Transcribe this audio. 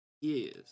Yes